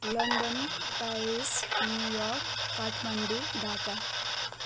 London Paris New York Kathmandu Dhaka